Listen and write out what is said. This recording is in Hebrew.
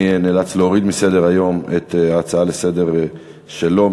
אני נאלץ להוריד מסדר-היום את ההצעה לסדר-יום שלו,